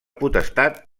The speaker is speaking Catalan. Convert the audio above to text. potestat